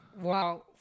Wow